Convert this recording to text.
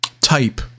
type